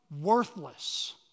worthless